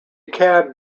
cab